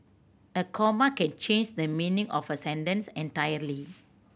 a comma can change the meaning of a sentence entirely